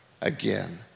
again